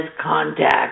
contact